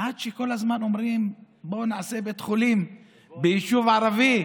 עד שכל הזמן אומרים: בואו נקים בית חולים ביישוב ערבי,